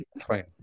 Fine